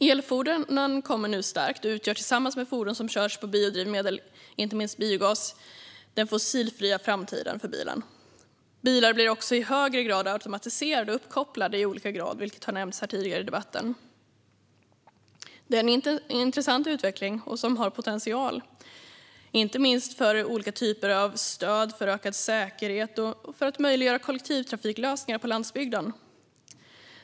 Elfordonen kommer nu starkt och utgör tillsammans med fordon som körs på biodrivmedel, inte minst biogas, den fossilfria framtiden för bilen. Bilar blir också i högre grad automatiserade och uppkopplade i olika grad, vilket har nämnts tidigare i debatten. Det är en intressant utveckling som har potential, inte minst för olika typer av stöd för ökad säkerhet och för att möjliggöra kollektivtrafiklösningar på landsbygden.